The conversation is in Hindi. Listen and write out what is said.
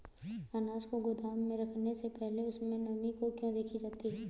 अनाज को गोदाम में रखने से पहले उसमें नमी को क्यो देखी जाती है?